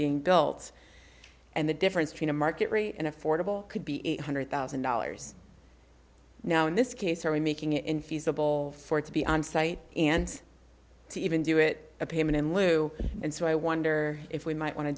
being built and the difference between a market rate and affordable could be eight hundred thousand dollars now in this case are we making infeasible for it to be onsite and to even do it a payment in lieu and so i wonder if we might want to